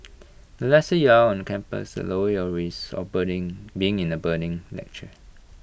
the lesser you are on campus the lower your risk of burning being in A burning lecture